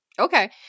Okay